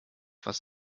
was